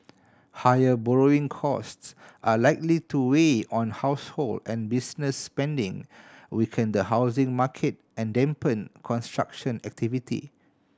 higher borrowing costs are likely to weigh on household and business spending weaken the housing market and dampen construction activity